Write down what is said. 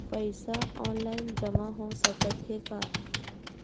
पईसा ऑनलाइन जमा हो साकत हे का?